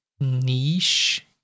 niche